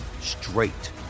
straight